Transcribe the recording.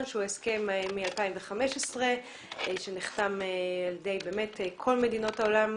שהוא הסכם מ-2015 שנחתם על ידי כמעט כל מדינות העולם,